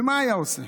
ומה היה עושה?